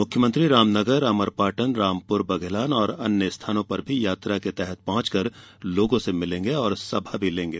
मुख्यमंत्री रामनगर अमरपाटन रामपुर बघेलान और अन्य स्थानों पर भी यात्रा के तहत पहुंचकर लोगों से मिलेंगे और सभा भी लेंगे